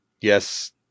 yes